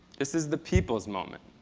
this is the people's moment.